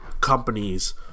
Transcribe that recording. companies